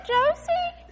Josie